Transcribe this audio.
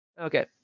Okay